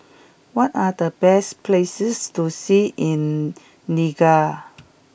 what are the best places to see in Niger